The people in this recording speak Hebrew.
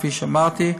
כפי שאמרתי,